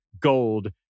gold